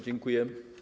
Dziękuję.